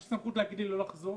יש סמכות להגיד לי לא לחזור